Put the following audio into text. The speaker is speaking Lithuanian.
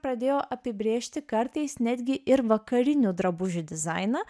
pradėjo apibrėžti kartais netgi ir vakarinių drabužių dizainą